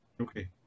Okay